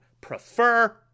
prefer